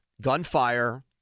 gunfire